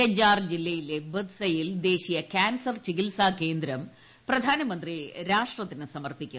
ജജാർ ജില്ലയിലെ ബദ്സയിൽ ദേശീയ കാൻസർ ചികിത്സാകേന്ദ്രം പ്രധാനമന്ത്രി രാഷ്ട്രത്തിന് സമർപ്പിക്കും